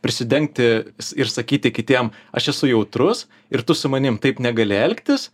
prisidengti ir sakyti kitiem aš esu jautrus ir tu su manim taip negali elgtis